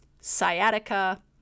sciatica